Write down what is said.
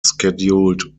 scheduled